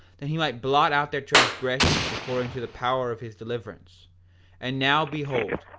that he might blot out their transgressions according to the power of his deliverance and now behold,